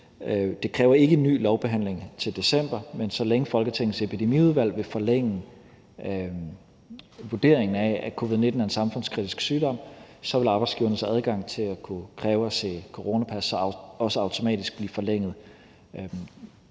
Det kræver ikke en ny lovbehandling til december, men så længe Folketingets Epidemiudvalg vil forlænge vurderingen af, at covid-19 er en samfundskritisk sygdom, så vil arbejdsgivernes adgang til at kunne kræve at se coronapas så også automatisk blive forlænget,